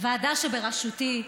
הוועדה שבראשותי,